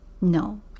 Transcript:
no